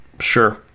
Sure